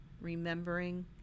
Remembering